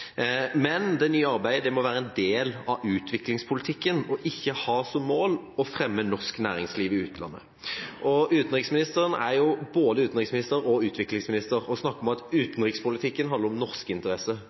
men det nye arbeidet må være en del av utviklingspolitikken og ikke ha som mål å fremme norsk næringsliv i utlandet. Utenriksministeren er jo både utenriksminister og utviklingsminister og snakker om at